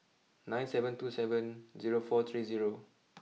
nine seven two seven zero four three zero